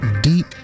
deep